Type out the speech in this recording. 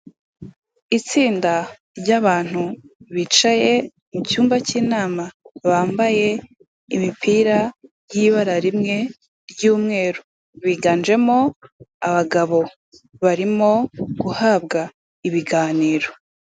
Itsinda ry'abantu bicaye mu cyumba cy'inama bambaye imipira y'ibara rimwe ry'umweru, biganjemo abagabo barimo guhabwa ibiganiro.